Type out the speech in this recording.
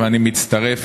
ואני מצטרף,